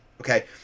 okay